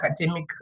academic